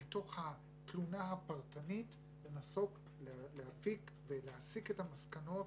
בתוך התלונה הפרטנית לנסות להפיק ולהסיק את המסקנות